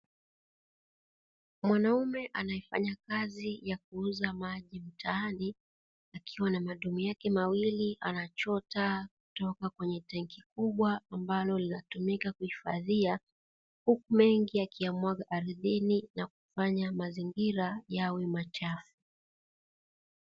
Mwanaume anayefanya kazi ya kuuza maji mtaani akiwa na madumu yake mawili anachota maji kutoka kwenye tangi kubwa ambalo linatumika kuhifadhia, huku mengi akiyamwaga ardhini na kufanya mazingira yawe machafu.